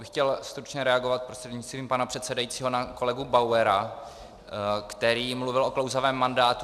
Já bych chtěl stručně reagovat prostřednictvím pana předsedajícího na kolegu Bauera, který mluvil o klouzavém mandátu.